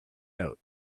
out